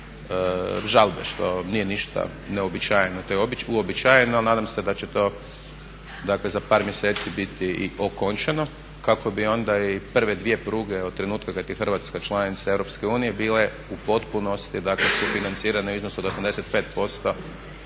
žalbe što nije ništa neuobičajeno, to je uobičajeno. Nadam se da će to, dakle za par mjeseci biti i okončano kako bi onda i prve dvije pruge od trenutka kad je Hrvatska članica EU bile u potpunosti, dakle sufinancirane u iznosu od 85%